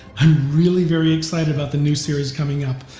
am really very excited about the new series coming up,